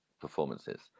performances